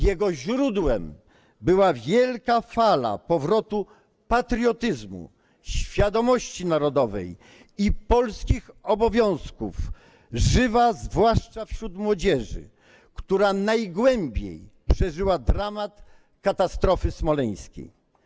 Jego źródłem była wielka fala powrotu patriotyzmu, świadomości narodowej i polskich obowiązków, żywa zwłaszcza wśród młodzieży, która najgłębiej przeżyła dramat katastrofy smoleńskiej.